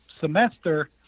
semester